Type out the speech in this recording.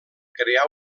crear